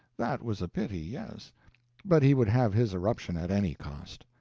that was a pity, yes but he would have his eruption at any cost.